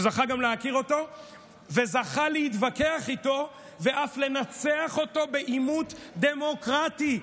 שזכה גם להכיר אותו וזכה להתווכח איתו ואף לנצח אותו בעימות דמוקרטי.